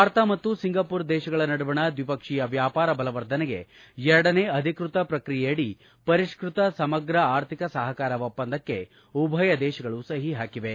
ಭಾರತ ಮತ್ತು ಸಿಂಗಾಪುರ ದೇಶಗಳ ನಡುವಣ ದ್ವಿಪಕ್ಷೀಯ ವ್ಯಾಪಾರ ಬಲವರ್ಧನೆಗೆ ಎರಡನೇ ಅಧಿಕೃತ ಪ್ರಕ್ರಿಯೆಯಡಿ ಪರಿಷ್ಕತ ಸಮಗ್ರ ಆರ್ಥಿಕ ಸಹಕಾರ ಒಪ್ಪಂದಕ್ಕೆ ಉಭಯ ದೇಶಗಳು ಸಹಿ ಹಾಕಿವೆ